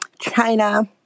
China